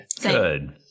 Good